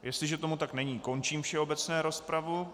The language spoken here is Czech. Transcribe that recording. Jestliže tomu tak není, končím všeobecnou rozpravu.